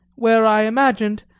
where i imagined,